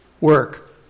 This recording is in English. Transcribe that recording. Work